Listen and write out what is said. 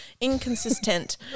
Inconsistent